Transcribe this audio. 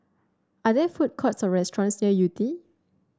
are there food courts or restaurants near Yew Tee